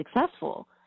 successful